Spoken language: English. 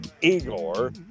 Igor